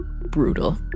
brutal